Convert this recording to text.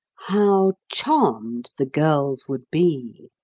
how charmed the girls would be!